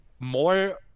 more